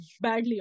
badly